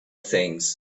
things